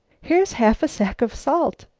here's half a sack of salt!